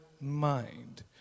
mind